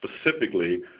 specifically